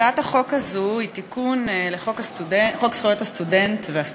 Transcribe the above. הצעת חוק זכויות הסטודנט (תיקון,